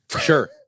Sure